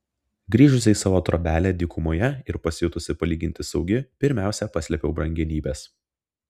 grįžusi į savo trobelę dykumoje ir pasijutusi palyginti saugi pirmiausia paslėpiau brangenybes